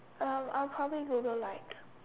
um I'll probably Google like